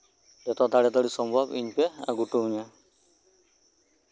ᱡᱚᱛᱚ ᱛᱟᱲᱟᱛᱟᱲᱤ ᱥᱚᱢᱵᱷᱚᱵ ᱤᱧ ᱯᱣᱮ ᱟᱹᱜᱩ ᱤᱧᱟ